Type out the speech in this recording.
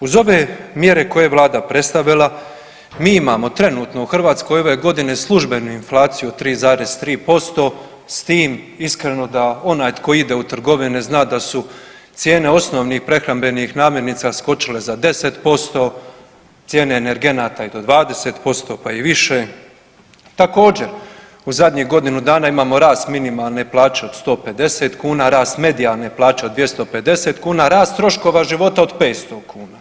Uz ove mjere koje je Vlada predstavila, mi imamo trenutno u Hrvatskoj ove godine službenu inflaciju 3,3% s tim iskreno da onaj tko ide u trgovine, zna da su cijene osnovnih prehrambenih namirnica skočile za 10%, cijene energenata i do 20% pa i više, također, u zadnjih godinu dana imamo rast minimalne plaće od 150 kuna, rast medijalne plaće od 250 kuna, rast troškova života od 500 kuna.